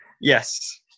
Yes